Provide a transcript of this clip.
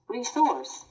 Resource